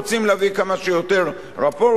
רוצים להביא כמה שיותר רפורטים,